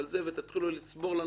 ותתחילו לצבור.